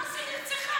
מה זה "נרצחה"?